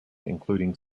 including